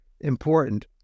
important